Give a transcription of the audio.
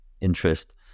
interest